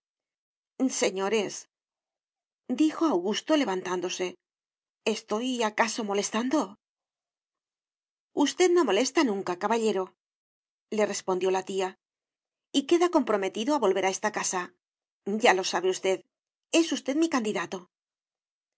matrimonio señoresdijo augusto levantándose estoy acaso molestando usted no molesta nunca caballerole respondió la tía y queda comprometido a volver por esta casa ya lo sabe usted es usted mi candidato al